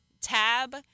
tab